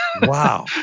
wow